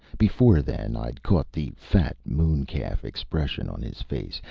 before then i'd caught the fat moon-calf expression on his face,